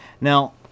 Now